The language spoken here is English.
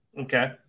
Okay